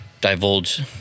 divulge